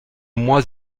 moins